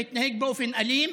להתנהג באופן אלים